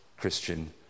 Christian